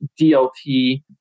DLT